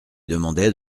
demandait